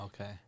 Okay